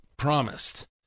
promised